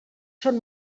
són